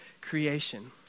creation